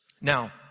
Now